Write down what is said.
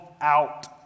out